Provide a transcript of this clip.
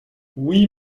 oui